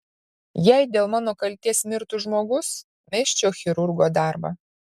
jei dėl mano kaltės mirtų žmogus mesčiau chirurgo darbą